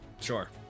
Sure